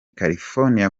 california